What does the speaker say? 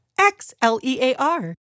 X-L-E-A-R